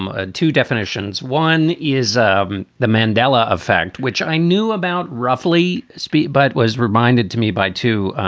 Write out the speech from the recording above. um ah two definitions. one is um the mandela effect, which i knew about roughly speak, but was reminded to me by two